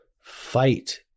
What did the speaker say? fight